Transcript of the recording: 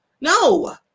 No